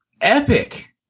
epic